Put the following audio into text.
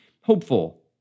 Hopeful